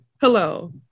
hello